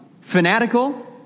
fanatical